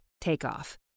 takeoff